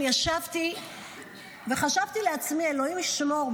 אני ישבתי וחשבתי לעצמי: אלוהים ישמור,